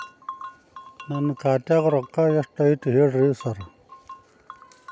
ನನ್ ಖಾತ್ಯಾಗ ರೊಕ್ಕಾ ಎಷ್ಟ್ ಐತಿ ಹೇಳ್ರಿ ಸಾರ್?